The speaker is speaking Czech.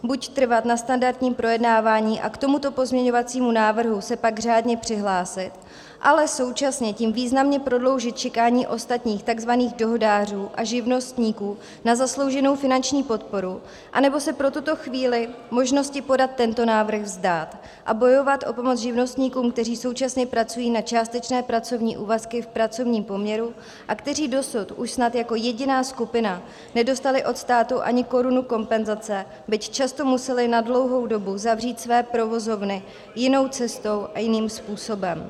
Buď trvat na standardním projednávání a k tomuto pozměňovacímu návrhu se pak řádně přihlásit, ale současně tím významně prodloužit čekání ostatních takzvaných dohodářů a živnostníků na zaslouženou finanční podporu, anebo se pro tuto chvíli možnosti podat tento návrh vzdát a bojovat o pomoc živnostníkům, kteří současně pracují na částečné pracovní úvazky v pracovním poměru a kteří dosud už snad jako jediná skupina nedostali od státu ani korunu kompenzace, byť často museli na dlouhou dobu zavřít své provozovny, jinou cestou a jiným způsobem.